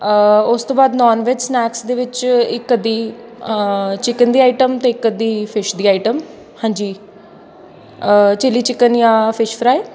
ਉਸ ਤੋਂ ਬਾਅਦ ਨੋਨ ਵੈੱਜ ਸਨੈਕਸ ਦੇ ਵਿੱਚ ਇੱਕ ਅੱਧੀ ਚਿਕਨ ਦੀ ਆਈਟਮ ਅਤੇ ਇੱਕ ਅੱਧੀ ਫਿਸ਼ ਦੀ ਆਈਟਮ ਹਾਂਜੀ ਚਿੱਲੀ ਚਿਕਨ ਜਾਂ ਫਿਸ਼ ਫਰਾਏ